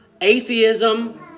atheism